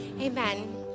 Amen